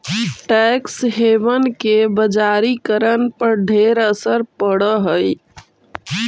tax haven के बजारिकरण पर ढेर असर पड़ हई